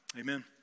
Amen